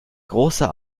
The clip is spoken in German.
großer